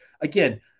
Again